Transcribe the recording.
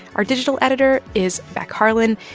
our digital editor is beck harlan.